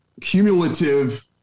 cumulative